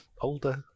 older